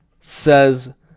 says